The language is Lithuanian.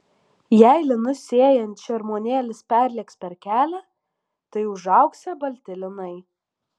jei linus sėjant šermuonėlis perlėks per kelią tai užaugsią balti linai